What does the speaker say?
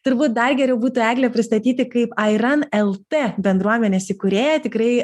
turbūt dar geriau būtų eglę pristatyti kaip airan lt bendruomenės įkūrėją tikrai